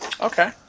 Okay